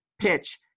pitch